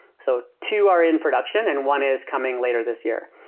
so two are in production and one is coming later this year.